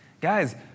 Guys